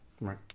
right